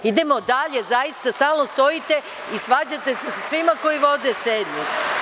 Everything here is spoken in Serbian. Idemo dalje, zaista samo stojite i svađate se sa svima koji vode sednicu.